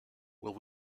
will